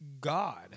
God